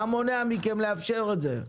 מה מונע מכם לאפשר את זה?